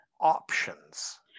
options